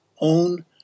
own